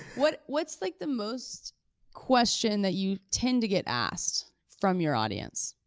what's what's like the most question that you tend to get asked from your audience?